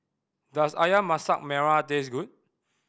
does Ayam Masak Merah taste good